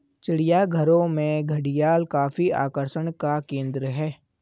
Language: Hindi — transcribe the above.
चिड़ियाघरों में घड़ियाल काफी आकर्षण का केंद्र है